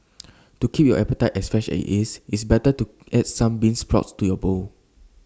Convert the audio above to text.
to keep your appetite as fresh as IT is it's better to add some bean sprouts to your bowl